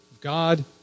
God